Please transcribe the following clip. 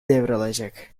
devralacak